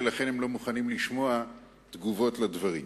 ולכן הם לא מוכנים לשמוע תגובות על הדברים.